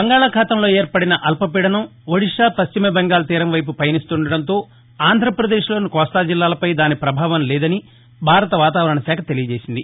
బంగాళాఖాతంలో ఏర్పడిన అల్పపీడనం ఒడిషా పశ్చిమబెంగాల్ తీరంవైపు పయనిస్తుండడంతో ఆంధ్రప్రదేశ్లోని కోస్తా జిల్లాలపై దాని ప్రభావం లేదని భారత వాతావరణశాఖ తెలియజేసింది